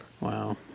Wow